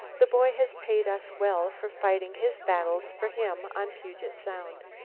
the boy has paid us well for fighting his battles for him on puget sound.